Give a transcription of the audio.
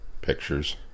Pictures